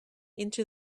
into